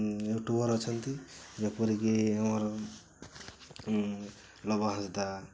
YouTuber ଅଛନ୍ତି ଯେପରିକି ଆମର ଲବ ହସଦା